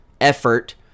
effort